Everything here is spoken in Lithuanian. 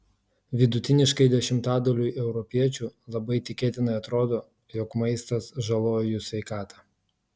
vidutiniškai dešimtadaliui europiečių labai tikėtinai atrodo jog maistas žaloja jų sveikatą